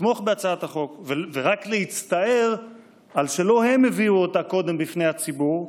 לתמוך בהצעת החוק ורק להצטער על שלא הם הביאו אותה קודם בפני הציבור,